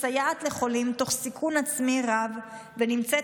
מסייעת לחולים תוך סיכון עצמי רב ונמצאת